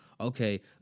Okay